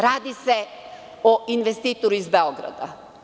Radi se o investitoru iz Beograda.